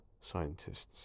scientists